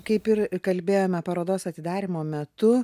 kaip ir kalbėjome parodos atidarymo metu